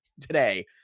today